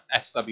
SW